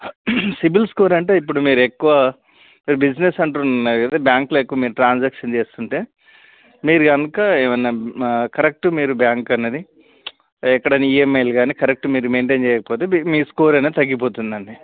CIBIL score అంటే ఇప్పుడు మీరు ఎక్కువ బిజినెస్ అంటున్నారు కదా బ్యాంక్లో ఎక్కువ మీరు ట్రాన్సాక్షన్ చేస్తుంటే మీరు గనుక ఏవన్నా కరక్ట్ మీరు బ్యాంక్ అన్నది ఎడైనా ఈఎంఐలు గానీ కరక్ట్ మీరు మెయిన్టైన్ చేయకపోతే మీకు మీ స్కోర్ అనేది తగ్గిపోతుందండి